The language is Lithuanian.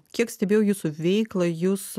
kiek stebėjau jūsų veiklą jūs